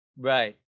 Right